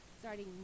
starting